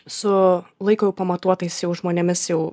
su laiko jau pamatuotais jau žmonėmis jau